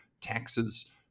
taxes